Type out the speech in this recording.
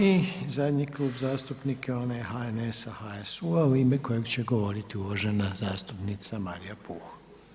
I zadnji Klub zastupnika je onaj HNS-a, HSU-a u ime kojeg će govoriti uvažena zastupnica Marija Puh.